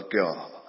God